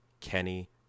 Kenny